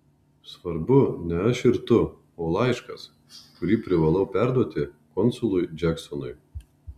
svarbu ne aš ir tu o laiškas kurį privalau perduoti konsului džeksonui